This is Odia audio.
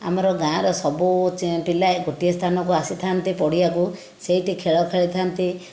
ଆମର ଗାଁର ସବୁ ପିଲାଏ ଗୋଟିଏ ସ୍ଥାନକୁ ଆସିଥାନ୍ତି ପଡ଼ିଆକୁ ସେଇଠି ଖେଳ ଖେଳିଥାନ୍ତି